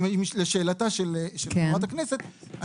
לשאלתה של חברת הכנסת,